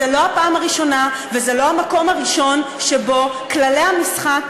זו לא הפעם הראשונה וזה לא המקום הראשון שבו כללי המשחק,